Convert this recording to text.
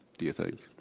do you think?